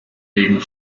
wegen